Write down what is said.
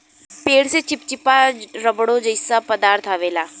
पेड़ से चिप्चिपा रबड़ो जइसा पदार्थ अवेला